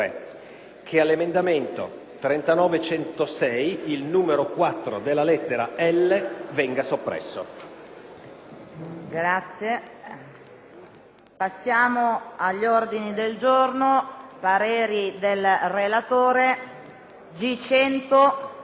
che all'emendamento 39.106 il numero 4) della lettera *l)* venga soppresso.